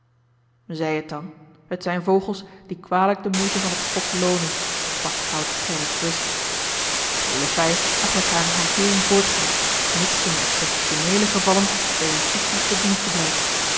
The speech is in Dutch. zij het dan het zijn vogels die kwalijk de moeite van t schot loonen sprak schout gerrit rustig gele fij mag met hare hanteering voortgaan mits ze in exceptioneele gevallen der justitie ten dienste blijft